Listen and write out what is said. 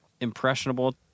impressionable